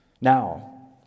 Now